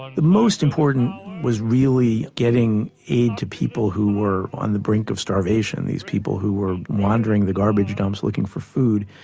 the most important was really getting aid to people who were on the brink of starvation, these people who were wandering the garbage dumps looking for food.